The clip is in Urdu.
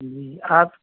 جی آپ